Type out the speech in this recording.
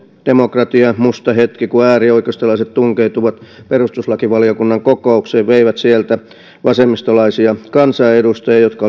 demokratian musta hetki kun äärioikeistolaiset tunkeutuivat perustuslakivaliokunnan kokoukseen veivät sieltä vasemmistolaisia kansanedustajia jotka